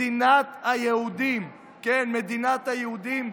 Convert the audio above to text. מדינת היהודים, כן, מדינת היהודים.